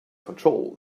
control